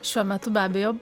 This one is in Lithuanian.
šiuo metu be abejo